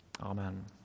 amen